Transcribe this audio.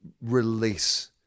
release